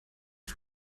den